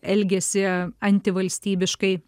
elgiasi antivalstybiškai